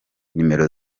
nimero